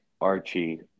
archie